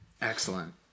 Excellent